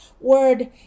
word